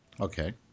okay